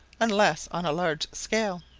unless on a large scale.